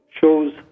shows